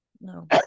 No